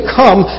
come